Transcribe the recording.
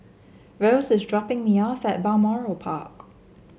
Rose is dropping me off at Balmoral Park